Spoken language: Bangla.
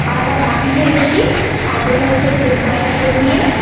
আলাদা বাটিতে রেখে দিই তারপরে হচ্ছে কড়াইয়ে তেল দিয়ে